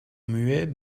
muet